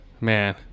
Man